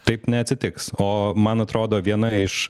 taip neatsitiks o man atrodo viena iš